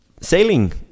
sailing